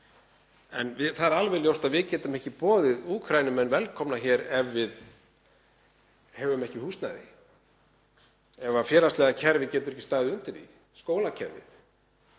En það er alveg ljóst að við getum ekki boðið Úkraínumenn velkomna ef við höfum ekki húsnæði, ef félagslega kerfið getur ekki staðið undir því og skólakerfið.